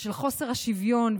ושל חוסר השוויון,